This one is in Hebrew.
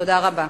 תודה רבה.